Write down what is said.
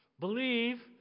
Believe